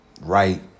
Right